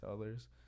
others